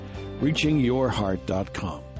reachingyourheart.com